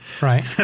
Right